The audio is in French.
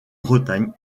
bretagne